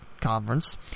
Conference